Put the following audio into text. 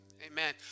Amen